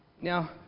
Now